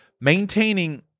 maintaining